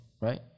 Right